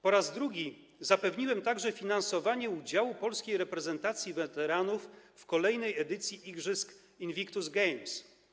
Po raz drugi zapewniłem także finansowanie udziału polskiej reprezentacji weteranów w kolejnej edycji igrzysk Invictus Games.